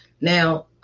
Now